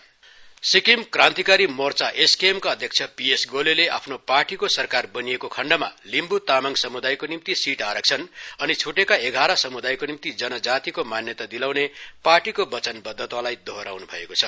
SKM Sikkim Krantikari Morcha एसकेएमका अध्यक्ष PS गोलेले आफ्नो पार्टीको सरकार बनिएको खण्डमा लिम्ब् तामांग सम्दायको निम्ति सीट आरक्षण अनि छुटेका एघाह समुदायको निम्ति जनजातिको मान्यता दिलाउने पार्टीको बचनबद्दातालाई दोहराउनु भएको छ